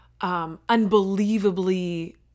Unbelievably